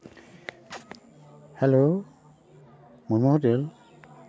hello ᱱᱚᱣᱟ rail